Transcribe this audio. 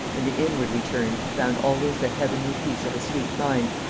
and, inwardly turned, found always the heavenly peace of a sweet mind,